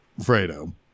fredo